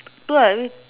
no ah I